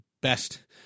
best